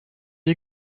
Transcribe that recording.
you